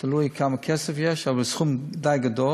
תלוי כמה כסף יש, אבל סכום די גדול.